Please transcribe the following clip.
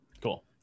Cool